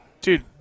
Dude